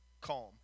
calm